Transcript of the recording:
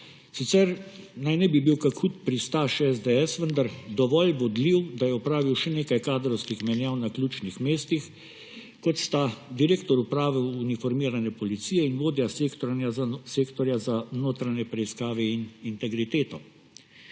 Sicer naj ne bi bil kak hud pristaš SDS, vendar dovolj vodljiv, da je opravil še nekaj kadrovskih menjav na ključnih mestih, kot sta direktor Uprave uniformirane policije ter vodja Sektorja za notranje preiskave in integriteto.